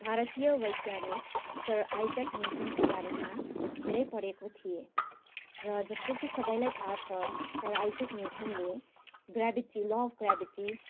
भारतीय बैज्ञानिक sir Isaac न्युटनको बारेमा धेरै पढेको थिएँ र जस्तो कि सबैलाई थाहा छ सर आइज्याक न्युटनले ग्राभिटी ल अफ ग्राभिटी